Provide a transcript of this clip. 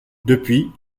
depuis